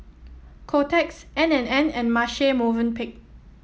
Kotex N and N and Marche Movenpick